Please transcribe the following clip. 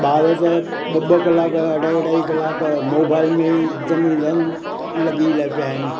ॿार त ॿ ॿ कलाक अढाई अढाई कलाक मोबाइल में ई दम ई दम लॻी ल पिया आहिनि